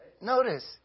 notice